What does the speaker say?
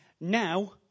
now